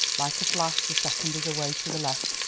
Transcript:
like a flash the second is away to the left.